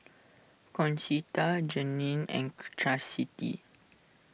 Concetta Janene and Chastity